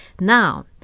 now